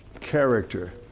character